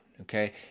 Okay